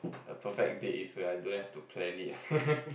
a perfect date is when I don't have to plan it